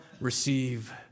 receive